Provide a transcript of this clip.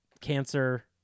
Cancer